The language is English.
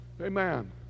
Amen